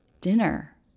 Dinner